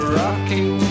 rocking